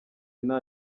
nta